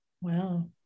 Wow